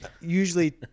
usually